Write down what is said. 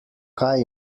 kaj